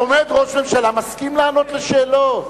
עומד ראש ממשלה ומסכים לענות לשאלות.